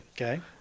Okay